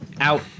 out